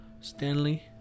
Stanley